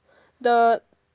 the